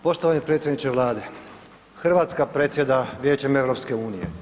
Poštovani predsjedniče Vlade, Hrvatska predsjeda Vijećem EU.